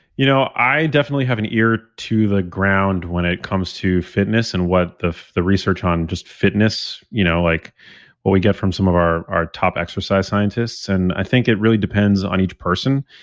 you know i definitely have an ear to the ground when it comes to fitness and what the the research on just fitness, you know like what we get from some of our our top exercise scientists, and i think it really depends on each person.